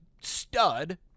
stud